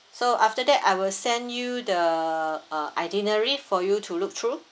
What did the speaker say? so after that I will send you the uh itinerary for you to look through